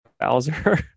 Bowser